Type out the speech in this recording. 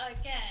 again